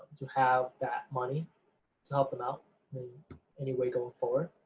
to have that money to help them out anyway going forward.